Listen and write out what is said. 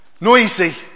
Noisy